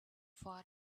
far